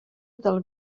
del